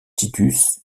titus